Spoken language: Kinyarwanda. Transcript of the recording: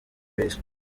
ibizi